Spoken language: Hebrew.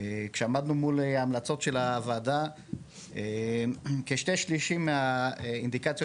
כשעמדנו מול ההמלצות של הוועדה כשני שלישים מהאינדיקציות